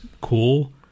cool